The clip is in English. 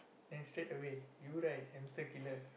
then straightaway you right hamster killer